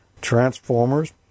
transformers